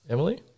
Emily